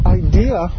idea